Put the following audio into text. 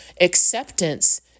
Acceptance